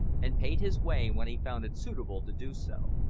and paid his way when he found it suitable to do so.